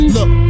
Look